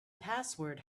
password